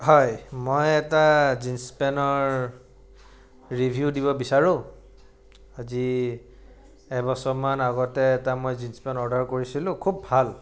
হয় মই এটা জিনচ পেনৰ ৰিভিউ দিব বিচাৰোঁ আজি এবছৰমান আগতে এটা মই জিনচ পেন অৰ্ডাৰ কৰিছিলোঁ খুব ভাল